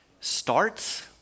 starts